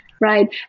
Right